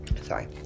Sorry